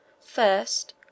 first